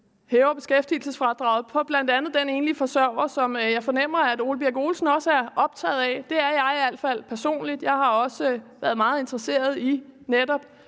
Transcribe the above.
hæver beskæftigelsesfradraget for bl.a. den enlige forsørger, som jeg fornemmer at hr. Ole Birk Olesen også er optaget af. Det er jeg i hvert fald personligt – jeg har også været meget interesseret i netop